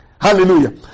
Hallelujah